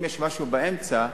אם יש משהו באמצע,